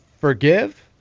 forgive